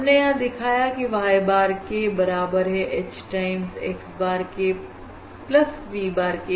हमने यहां दिखाया की y bar k बराबर है H times x bar k v bar k के